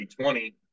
20